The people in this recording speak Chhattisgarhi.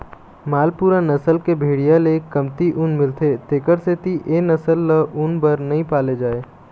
मालपूरा नसल के भेड़िया ले कमती ऊन मिलथे तेखर सेती ए नसल ल ऊन बर नइ पाले जाए